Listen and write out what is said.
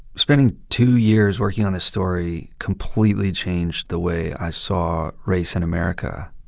spending two years working on this story completely changed the way i saw race in america.